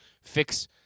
fix